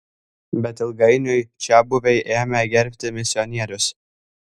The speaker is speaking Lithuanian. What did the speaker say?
bet ilgainiui čiabuviai ėmė gerbti misionierius